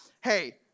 hey